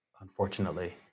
unfortunately